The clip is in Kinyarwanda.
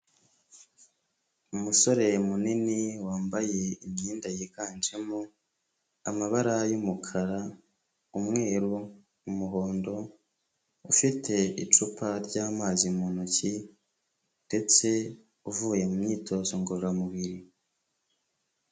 Umusore munini, wambaye imyenda yiganjemo amabara y'umukara, umweru, umuhondo, ufite icupa ry'amazi mu ntoki ndetse uvuye mu myitozo ngororamubiri.